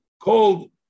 called